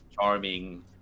charming